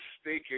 speaking